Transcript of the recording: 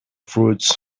fruits